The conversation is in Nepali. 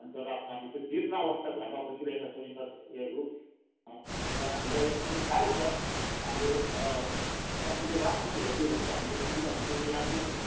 अनि त जीर्ण अवस्था घरमा बसिरहेका छौँ हामीलाई अलिक साह्रै छ हाम्रो कम्पनी राम्रोसँगले हेरिदियो भने चाहिँ हामीलाई सुबिधा हुन्थ्यो र यहाँको